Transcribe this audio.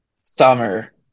summer